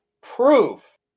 proof